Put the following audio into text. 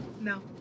No